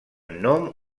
nom